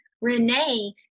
Renee